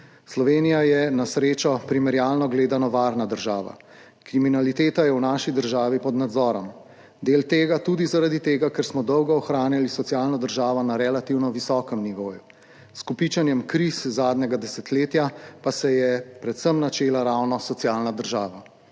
Slovenija je na srečo, primerjalno gledano, varna država, kriminaliteta je v naši državi pod nadzorom, del tega tudi zaradi tega, ker smo dolgo ohranjali socialno državo na relativno visokem nivoju, s kopičenjem kriz zadnjega desetletja pa se je načela predvsem oziroma ravno socialna država.